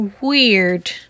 weird